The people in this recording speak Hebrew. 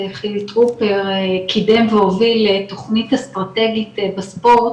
חילי טרופר קידם והוביל תוכנית אסטרטגית בספורט